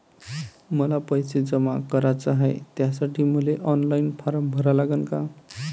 मले पैसे जमा कराच हाय, त्यासाठी मले ऑनलाईन फारम भरा लागन का?